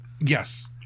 Yes